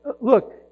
Look